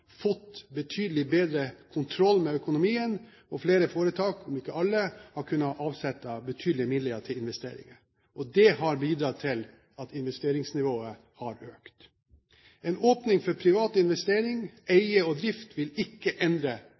fått betydelig bedre kontroll med økonomien, og flere foretak – om ikke alle – har kunnet avsette betydelige midler til investeringer. Det har bidratt til at investeringsnivået har økt. En åpning for privat investering, eie og drift vil ikke endre